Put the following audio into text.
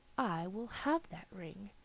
i will have that ring,